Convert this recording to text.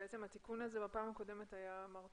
אמרת